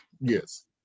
Yes